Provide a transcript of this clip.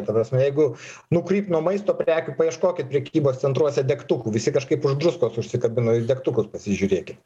ta prasme jeigu nukrypt nuo maisto prekių paieškokit prekybos centruose degtukų visi kažkaip už druskos užsikabino jūs degtukus pasižiūrėkit